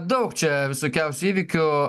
daug čia visokiausių įvykių